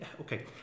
Okay